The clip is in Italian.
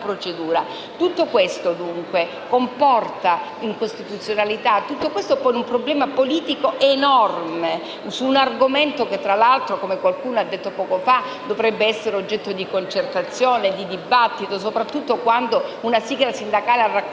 Tutto questo dunque comporta l'incostituzionalità e pone un problema politico enorme su un argomento che, tra l'altro - come qualcuno ha detto poco fa - dovrebbe essere oggetto di concertazione e dibattito, soprattutto quando una sigla sindacale ha raccolto